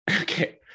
okay